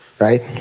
right